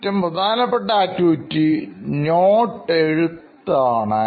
ഏറ്റവും പ്രധാനപ്പെട്ട activity notes എഴുത്തുകളാണ്